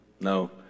no